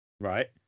Right